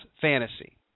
fantasy